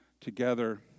together